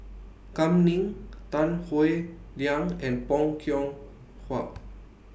Kam Ning Tan Howe Liang and Bong Hiong Hwa